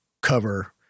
cover